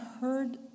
heard